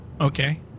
Okay